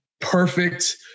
perfect